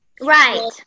Right